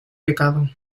pecado